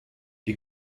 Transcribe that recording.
die